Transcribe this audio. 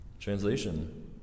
Translation